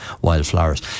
wildflowers